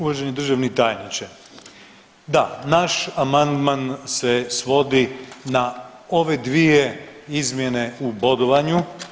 Uvaženi državni tajniče, da naš amandman se svodi na ove dvije izmjene u bodovanju.